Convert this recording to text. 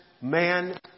man